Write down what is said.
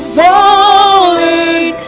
falling